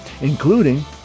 including